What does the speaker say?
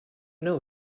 know